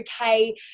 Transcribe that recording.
okay